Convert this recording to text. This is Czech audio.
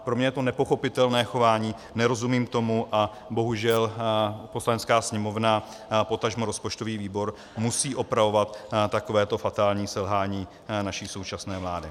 Pro mě je to nepochopitelné chování, nerozumím tomu, a bohužel Poslanecká sněmovna, potažmo rozpočtový výbor musí opravovat takového fatální selhání naší současné vlády.